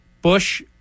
Bush